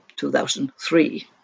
2003